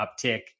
uptick